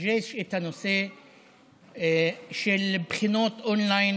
אז יש את הנושא של בחינות און-ליין,